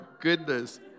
goodness